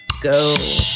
go